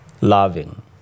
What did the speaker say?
loving